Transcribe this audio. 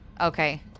Okay